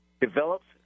develops